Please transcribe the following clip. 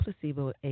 placebo